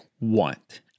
want